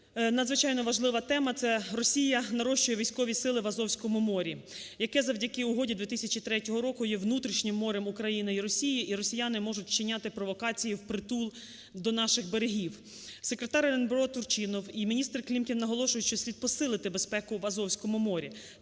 надзвичайно важлива тема - це Росія нарощує військові сили в Азовському морі, яке завдяки угоді 2003 року є внутрішнім морем України і Росії, і росіяни можуть вчиняти провокації впритул до наших берегів. Секретар РНБО Турчинов і міністр Клімкін наголошують, що слід посилити безпеку в Азовському морі,